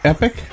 Epic